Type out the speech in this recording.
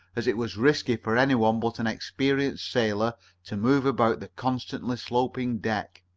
as it was risky for any one but an experienced sailor to move about the constantly sloping deck.